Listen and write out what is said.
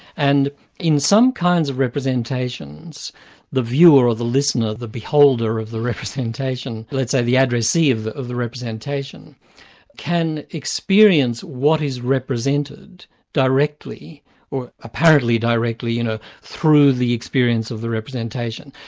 and in some kinds of representations the viewer or the listener, the beholder of the representation, let's say the addressee of of the representation can experience what is represented directly or apparently directly you know through the experience of the representation.